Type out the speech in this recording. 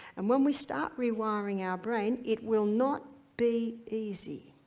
and when we start rewiring our brain it will not be easy,